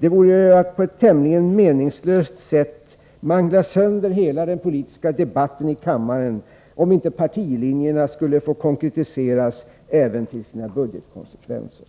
Det vore att på ett tämligen meningslöst sätt mangla sönder hela den politiska debatten i kammaren om inte partilinjerna skulle få konkretiseras även till sina budgetkonsekvenser.